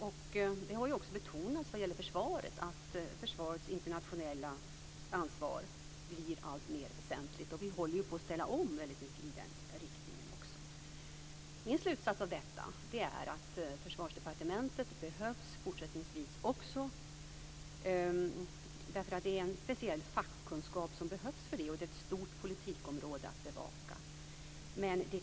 Det har också betonats vad gäller försvaret att försvarets internationella ansvar blir alltmer väsentligt, och vi håller ju på att ställa om väldigt mycket i den riktningen också. Min slutsats av detta är att Försvarsdepartementet behövs fortsättningsvis också, eftersom det är en speciell fackkunskap som behövs för det här, och det är ett stort politikområde att bevaka.